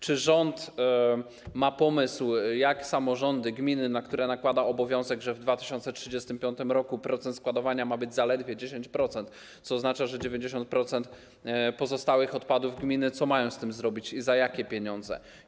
Czy rząd ma pomysł, co samorządy, gminy - na które nakłada obowiązek, że w 2035 r. procent składowania ma być zaledwie 10%, co oznacza, że sprawa 90% pozostałych odpadów spadnie na gminy - co mają z tym zrobić i za jakie pieniądze?